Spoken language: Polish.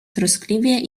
troskliwie